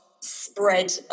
spread